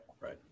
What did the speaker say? right